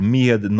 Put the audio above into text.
med